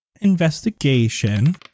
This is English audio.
investigation